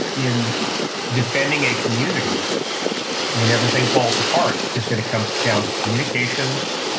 in defending a community when everything falls apart, is going to come down to communications,